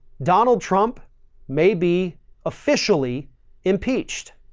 donald trump may be officially impeached